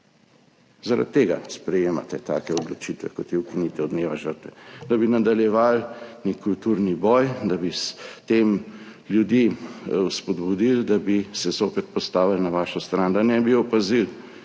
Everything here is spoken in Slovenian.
Zaradi tega sprejemate take odločitve, kot je ukinitev dneva žrtev – da bi nadaljevali nek kulturni boj, da bi s tem ljudi spodbudili, da bi se zopet postavili na vašo stran, da ne bi opazili,